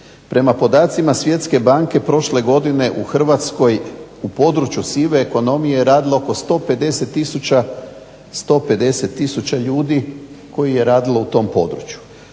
Prema podacima Svjetske banke prošle godine u Hrvatskoj u području sive ekonomije je radilo oko 150 tisuća ljudi koji je radilo u tom području.